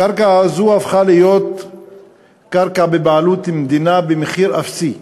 הקרקע הזאת הפכה להיות קרקע בבעלות המדינה במחיר אפסי,